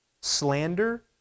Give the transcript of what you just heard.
Slander